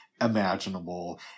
imaginable